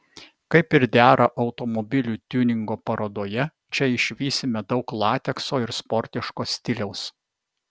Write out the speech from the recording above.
kaip ir dera automobilių tiuningo parodoje čia išvysime daug latekso ir sportiško stiliaus